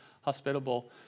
hospitable